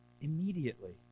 Immediately